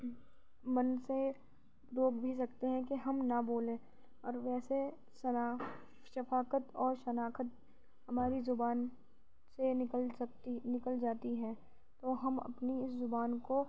من سے روک بھی سکتے ہیں کہ ہم نہ بولیں اور ویسے ثنا شفاقت اور شناخت ہماری زبان سے نکل سکتی نکل جاتی ہے تو ہم اپنی اس زبان کو